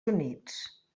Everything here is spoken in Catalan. units